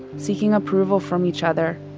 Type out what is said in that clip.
seeking approval from each other.